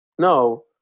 No